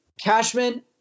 Cashman